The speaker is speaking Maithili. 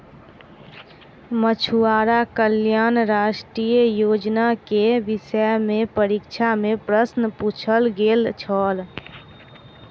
मछुआरा कल्याण राष्ट्रीय योजना के विषय में परीक्षा में प्रश्न पुछल गेल छल